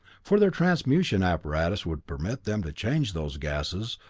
for their transmutation apparatus would permit them to change those gases,